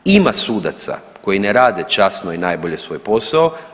Ima sudaca koji ne rade časno i najbolje svoj posao.